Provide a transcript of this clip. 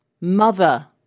Mother